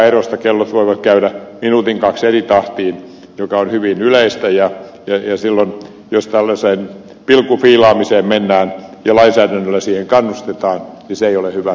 kellot voivat käydä minuutin kaksi eri tahtiin mikä on hyvin yleistä ja silloin jos tällaiseen pilkun fiilaamiseen mennään ja lainsäädännöllä siihen kannustetaan niin se ei ole hyvä